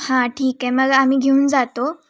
हां ठीक आहे मग आम्ही घेऊन जातो